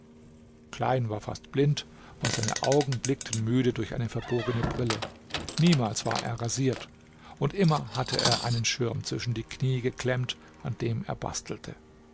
klein war fast blind und seine augen blickten müde durch eine verbogene brille niemals war er rasiert und immer hatte er einen schirm zwischen die knie geklemmt an dem er bastelte